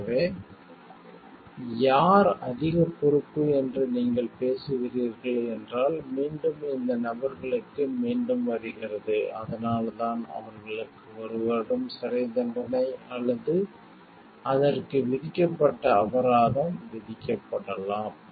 எனவே யார் அதிக பொறுப்பு என்று நீங்கள் பேசுகிறீர்கள் என்றால் மீண்டும் இந்த நபர்களுக்கு மீண்டும் வருகிறது அதனால்தான் அவர்களுக்கு ஒரு வருடம் சிறைத்தண்டனை அல்லது அதற்கு விதிக்கப்பட்ட அபராதம் விதிக்கப்படலாம்